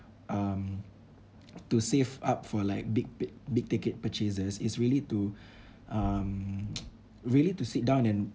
um to save up for like big big big ticket purchases is really to um really to sit down and